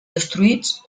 destruïts